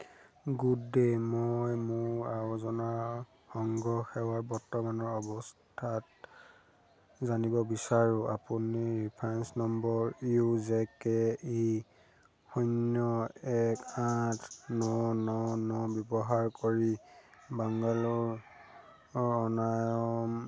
good day মই মোৰ আৱৰ্জনা সংগ্ৰহ সেৱাৰ বৰ্তমানৰ অৱস্থাত জানিব বিচাৰোঁ আপুনি reference number U J K E শূন্য় এক আঠ ন ন ন ব্যৱহাৰ কৰি বাংগালোৰ অনাময়